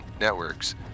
networks